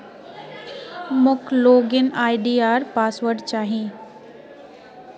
मोक log in ID आर password चाहि